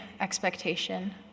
expectation